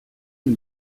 une